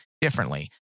differently